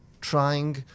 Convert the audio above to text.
trying